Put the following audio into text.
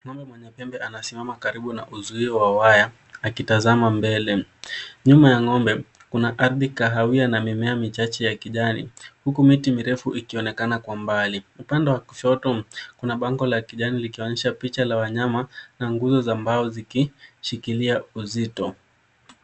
Ng'ombe mwenye pembe anasimama karibu na uzui wa waya akitazama mbele, nyuma ya ng'ombe kuna ardhi kahawia na mimea michache ya kijani huku miti mirefu ikionekana kwa mbali, upande wa kushoto kuna bango la kijani likionyesha picha la wanyama na nguzo za mbao zikishikilia uzito.